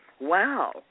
wow